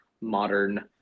modern